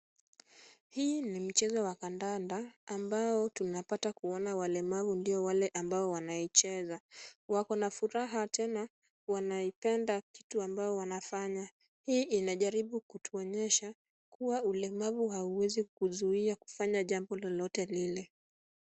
Hii ni mchezo wa kandanda ambao tunapata kuona walemavu ndio wale ambao wanaicheza. Wakona furaha tena wanaipenda kitu ambao wanafanya. Hii inajaribu kutuonyesha kuwa ulemavu hauwezi kukuzuia kufanya jambo lolote lile.